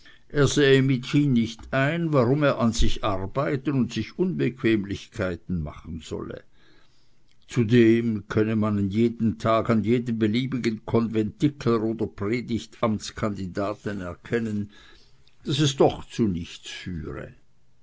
nicht ein warum er an sich arbeiten und sich unbequemlichkeiten machen solle zudem könne man jeden tag an jedem beliebigen konventikler oder predigtamtskandidaten erkennen daß es doch zu nichts führe